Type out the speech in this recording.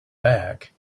back